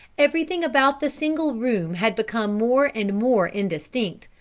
everything about the single room had become more and more indistinct,